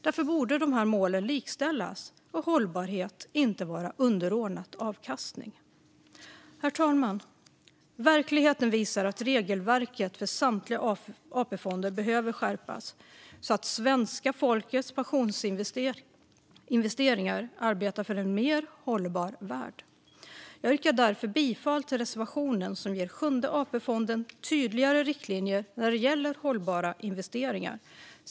Därför borde målen likställas och hållbarhet inte vara underordnat avkastning. Herr talman! Verkligheten visar att regelverket för samtliga AP-fonder behöver skärpas så att svenska folkets pensionsinvesteringar arbetar för en mer hållbar värld. Jag yrkar därför bifall till reservationen som ger Sjunde AP-fonden tydligare riktlinjer när det gäller hållbara investeringar.